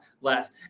less